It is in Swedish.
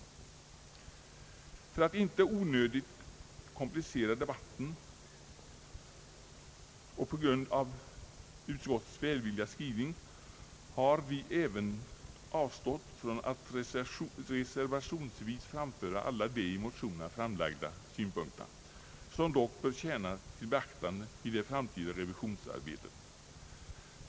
För att inte onödigt komplicera debatten och på grund av utskottets välvilliga skrivning har vi även avstått från att reservationsvis framföra alla de i motionerna framlagda synpunkterna, som dock bör tjäna till beaktande i det framtida revisionsarbetet.